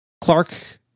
Clark